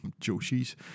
Joshis